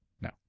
No